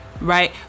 Right